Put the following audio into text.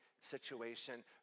situation